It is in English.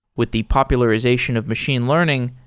with the popularization of machine learning,